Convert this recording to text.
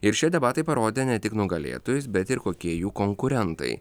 ir šie debatai parodė ne tik nugalėtojus bet ir kokie jų konkurentai